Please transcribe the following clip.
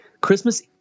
Christmas